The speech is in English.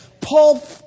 Paul